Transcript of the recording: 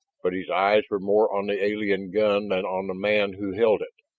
but his eyes were more on the alien gun than on the man who held it.